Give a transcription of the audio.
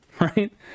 Right